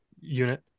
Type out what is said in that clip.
unit